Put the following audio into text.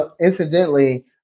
incidentally